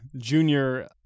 Junior